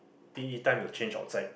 P_E time you change outside